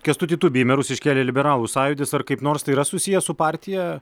kęstutį tubį į merus iškėlė liberalų sąjūdis ar kaip nors tai yra susiję su partija